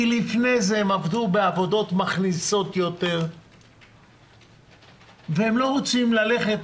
כי לפני זה עבדו בעבודות מכניסות יותר והם לא רוצים לחזור לעבודה